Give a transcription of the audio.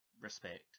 respect